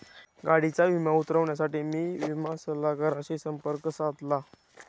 गाडीचा विमा उतरवण्यासाठी मी विमा सल्लागाराशी संपर्क साधला